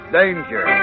danger